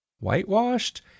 whitewashed